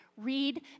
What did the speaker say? Read